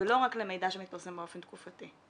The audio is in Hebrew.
ולא רק למידע שמתפרסם באופן תקופתי.